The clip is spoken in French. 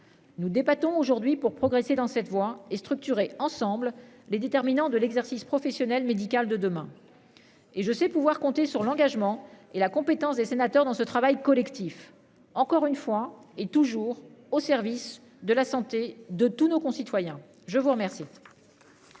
Nous débattons aujourd'hui pour progresser dans cette voie et structuré ensemble les déterminants de l'exercice professionnel médical de demain. Et je sais pouvoir compter sur l'engagement et la compétence des sénateurs dans ce travail collectif. Encore une fois et toujours au service de la santé de tous nos concitoyens, je vous remercie.